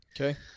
Okay